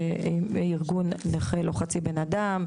ועם ארגון נכה לא חצי בן אדם,